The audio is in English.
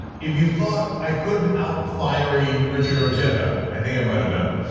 if you thought i couldn't out-fiery richard ojeda, i think i might have done it.